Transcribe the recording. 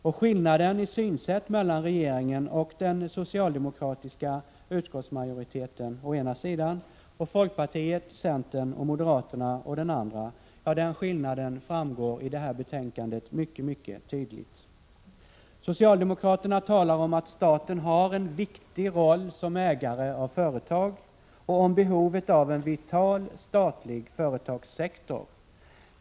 Och skillnaden i synsätt mellan regeringen och den socialdemokratiska utskottsmajoriteten — å ena sidan — och folkpartiet, centern och moderaterna — å den andra — ja, den skillnaden framgår tydligt. Socialdemokraterna talar om att staten har en viktig roll som ägare av företag och om behovet av en vital statlig företagssektor.